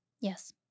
Yes